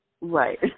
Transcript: Right